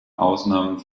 ausnahmen